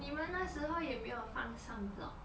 你们那时候有没有放 sunblock